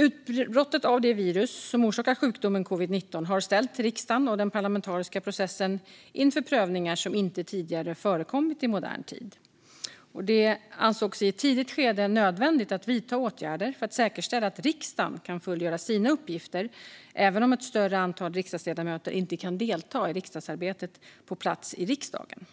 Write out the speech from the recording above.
Utbrottet av det virus som orsakar sjukdomen covid-19 har ställt riksdagen och den parlamentariska processen inför prövningar som inte tidigare har förekommit i modern tid. Det ansågs i ett tidigt skede nödvändigt att vidta åtgärder för att säkerställa att riksdagen kan fullgöra sina uppgifter även om ett större antal riksdagsledamöter inte kan delta i riksdagsarbetet på plats i riksdagen.